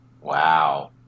wow